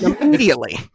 immediately